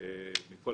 מכל